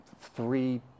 Three